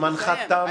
זמנך תם.